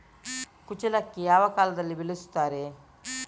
ಕುಚ್ಚಲಕ್ಕಿ ಯಾವ ಕಾಲದಲ್ಲಿ ಬೆಳೆಸುತ್ತಾರೆ?